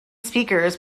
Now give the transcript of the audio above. speakers